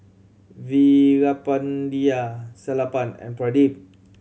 Veerapandiya Sellapan and Pradip